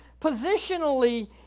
positionally